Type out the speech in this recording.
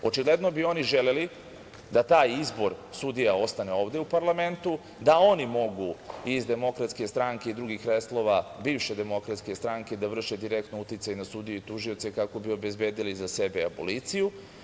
Očigledno bi oni želeli da taj izbor sudija ostane ovde u parlamentu, da oni mogu iz Demokratske stranke i drugih slojeva bivše Demokratske da vrše direktno uticaj na sudije i tužioce kako bi obezbedili za sebe aboliciju.